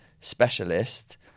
specialist